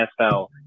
NFL